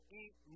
eat